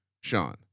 Sean